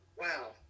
wow